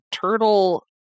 Turtle